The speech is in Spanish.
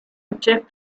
chef